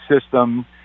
system